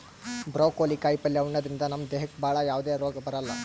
broccoli ಕಾಯಿಪಲ್ಯ ಉಣದ್ರಿಂದ ನಮ್ ದೇಹಕ್ಕ್ ಭಾಳ್ ಯಾವದೇ ರೋಗ್ ಬರಲ್ಲಾ